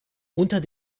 unter